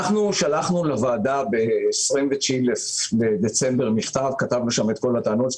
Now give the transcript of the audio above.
שלחנו לוועדה ב-29 בדצמבר מכתב שכתבנו בו את כל הטענות.